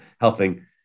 helping